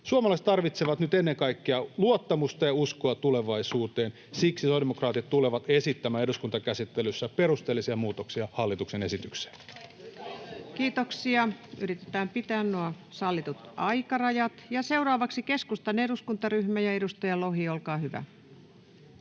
Suomalaiset tarvitsevat nyt ennen kaikkea luottamusta ja uskoa tulevaisuuteen. Siksi sosiaalidemokraatit tulevat esittämään eduskuntakäsittelyssä perusteellisia muutoksia hallituksen esitykseen. [Suna Kymäläinen: Vaihtoehtoja löytyy!] Kiitoksia. — Yritetään pitää kiinni sallituista aikarajoista. — Seuraavaksi keskustan eduskuntaryhmä, edustaja Lohi, olkaa hyvä.